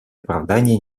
оправдания